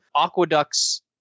Aqueducts